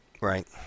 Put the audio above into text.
Right